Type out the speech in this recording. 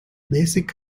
basic